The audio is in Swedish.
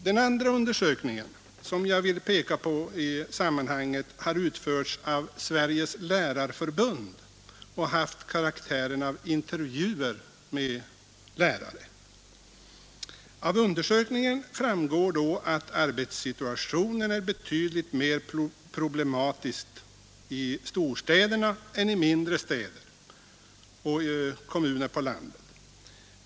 Den andra undersökningen, som jag vill peka på i det här hanget, har utförts av Sveriges lärarförbund och haft karaktären av 93 intervjuer med lärare. Av undersökningen framgår att arbetssituationen är betydligt mer problematisk i storstäderna än i mindre städer och kommuner på landet.